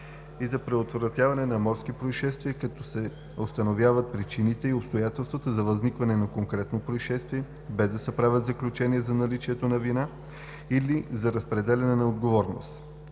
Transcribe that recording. и за предотвратяване на морски произшествия, като се установяват причините и обстоятелствата за възникване на конкретно произшествие, без да се правят заключения за наличието на вина или за разпределяне на отговорност.